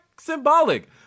symbolic